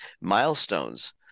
milestones